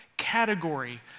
category